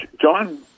John